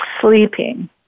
sleeping